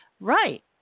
Right